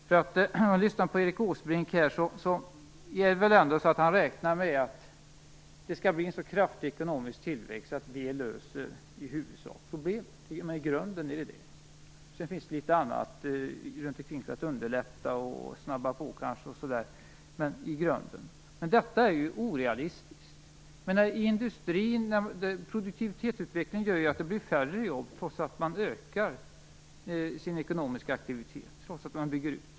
När jag lyssnar på Erik Åsbrink verkar det som om han räknar med att det skall bli en så kraftig ekonomisk tillväxt att det i huvudsak löser problemet. Grunden skall vara tillväxten, och sedan finns det litet annat runt omkring som skall underlätta och snabba på utvecklingen. Men detta är orealistiskt. Produktivitetsutvecklingen gör ju att det blir färre jobb, trots att den ekonomiska aktiviteten ökar, trots att man bygger ut.